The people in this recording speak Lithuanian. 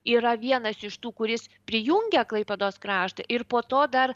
yra vienas iš tų kuris prijungia klaipėdos kraštą ir po to dar